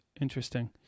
Interesting